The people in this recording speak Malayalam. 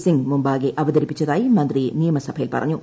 സിങ് മുമ്പാകെ അവതരിപ്പിച്ചതായി മന്ത്രി നിയമസഭയിൽ പറഞ്ഞു